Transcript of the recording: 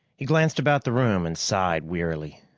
he glanced about the room and sighed wearily.